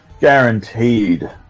guaranteed